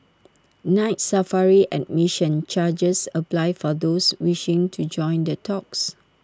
Night Safari admission charges apply for those wishing to join the talks